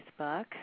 Facebook